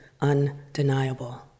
undeniable